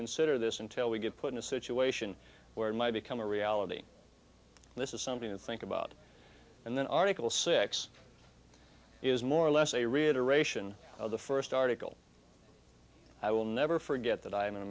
consider this until we get put in a situation where might become a reality and this is something to think about and then article six is more or less a reiteration of the first article i will never forget that i am an